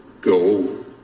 go